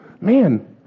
man